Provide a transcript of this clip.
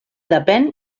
depèn